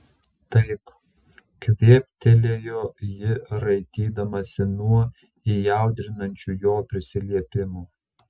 taip kvėptelėjo ji raitydamasi nuo įaudrinančių jo prisilietimų